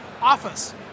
Office